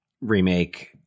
Remake